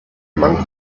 among